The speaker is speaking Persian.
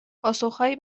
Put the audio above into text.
پاسخهایی